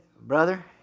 Brother